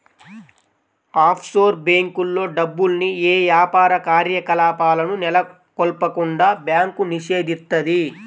offshore బ్యేంకుల్లో డబ్బుల్ని యే యాపార కార్యకలాపాలను నెలకొల్పకుండా బ్యాంకు నిషేధిత్తది